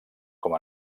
com